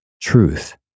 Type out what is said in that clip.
truth